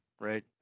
right